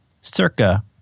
circa